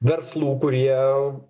verslų kurie